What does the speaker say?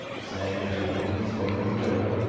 saying that he had only spoken in joke,